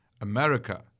America